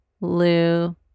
Lou